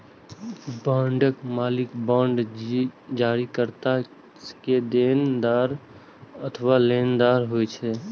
बांडक मालिक बांड जारीकर्ता के देनदार अथवा लेनदार होइ छै